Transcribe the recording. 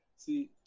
See